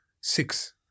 six